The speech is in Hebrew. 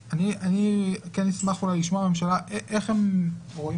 אני אשמח לשמוע מהממשלה איך הם רואים